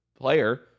player